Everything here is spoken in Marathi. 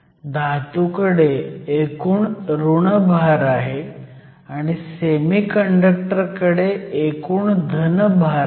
धातूकडे एकूण ऋण भार आहे आणि सेकीकंडक्टर कडे एकूण धन भार आहे